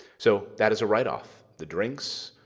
so that is a write-off the drinks,